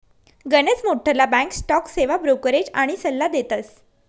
गनच मोठ्ठला back stock सेवा ब्रोकरेज आनी सल्ला देतस